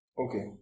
Okay